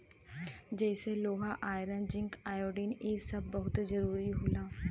जइसे लोहा iron zinc iodine इ सब बहुत जरूरी होला